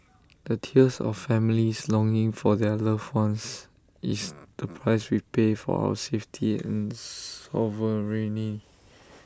the tears of families longing for their loved ones is the price we pay for our safety and sovereignty